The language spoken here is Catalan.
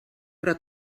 però